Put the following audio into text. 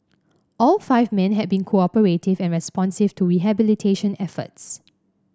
all five men had been cooperative and responsive to rehabilitation efforts